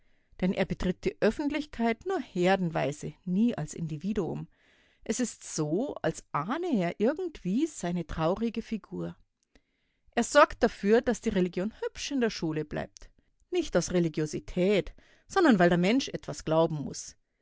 denn er betritt die öffentlichkeit nur herdenweise nie als individuum es ist so als ahne er irgendwie seine traurige figur er sorgt dafür daß die religion hübsch in der schule bleibt nicht aus religiosität sondern weil der mensch etwas glauben muß